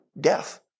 death